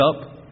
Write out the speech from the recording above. up